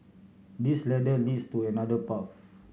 this ladder leads to another path